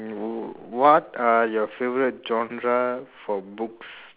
mm what are your favorite genre for books